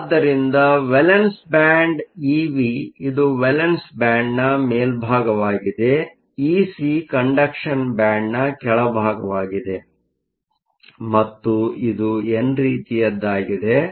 ಆದ್ದರಿಂದ valence band band Ev ಇದು valence ಬ್ಯಾಂಡ್ನ ಮೇಲ್ಭಾಗವಾಗಿದೆ EC ಕಂಡಕ್ಷನ್ ಬ್ಯಾಂಡ್Conduction bandನ ಕೆಳಭಾಗವಾಗಿದೆ ಮತ್ತು ಇದು ಎನ್ ರೀತಿಯದ್ದಾಗಿದೆ